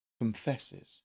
confesses